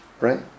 Right